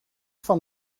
van